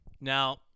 Now